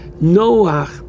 Noah